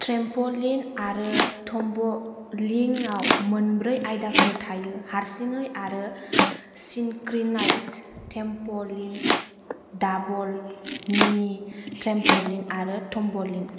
trampoline आरो टम्ब'लिनआव मोनब्रै आयदाफोर थायो हारसिङै आरो synchronised trampoline double mini trampoline आरो टम्ब'लिन